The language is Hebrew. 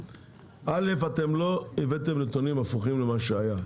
א', אתם לא הבאתם נתונים הפוכים למה שהיה.